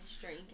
drink